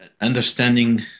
understanding